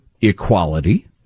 equality